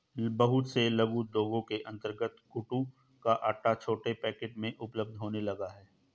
बहुत से लघु उद्योगों के अंतर्गत कूटू का आटा छोटे पैकेट में उपलब्ध होने लगा है